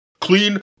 Clean